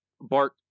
Bart